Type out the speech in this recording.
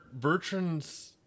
Bertrand's